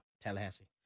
Tallahassee